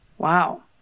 Wow